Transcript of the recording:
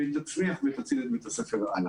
והיא תצליח ותציל את בית הספר הלאה.